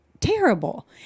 terrible